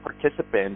participants